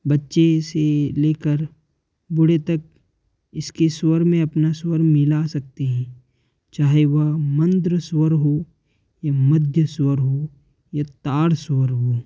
बच्चे से लेकर बूढ़े तक इसके स्वर में अपना स्वर मिला सकते हैं चाहे वह मन्द्र स्वर हो या मध्य स्वर हो या ताड़ स्वर हो